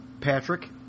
Patrick